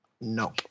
No